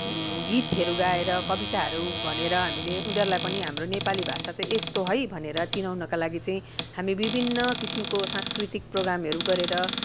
गीतहरू गाएर कविताहरू भनेर हामीले उनीहरूलाई पनि हाम्रो नेपाली चाहिँ यस्तो है भनेर चिनाउनुका लागि चाहिँ हामी विभिन्न किसिमको सांस्कृतिक प्रोग्रामहरू गरेर